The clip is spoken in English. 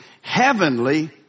Heavenly